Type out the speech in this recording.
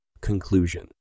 Conclusion